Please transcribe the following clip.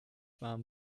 warm